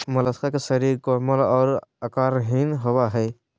Mollusca के शरीर कोमल और आकारहीन होबय हइ